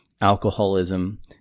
alcoholism